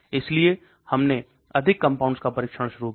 इसलिए हमने अधिक कंपाउंड्स का परीक्षण शुरू किया